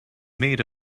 made